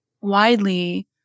widely